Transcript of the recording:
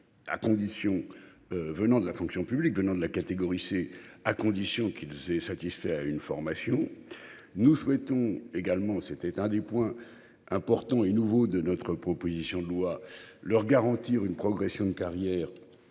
À condition. Venant de la fonction publique, venant de la catégorie C à condition qu'ils aient satisfait à une formation nous souhaitons également c'était un des points importants et nouveaux de notre proposition de loi leur garantir une progression de carrière